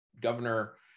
governor